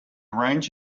range